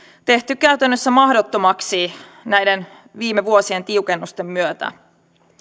tehty käytännössä mahdottomaksi näiden viime vuosien tiukennusten myötä